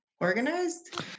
organized